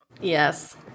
yes